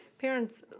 parents